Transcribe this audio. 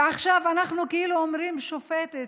ועכשיו אנחנו אומרים: שופטת,